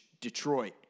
Detroit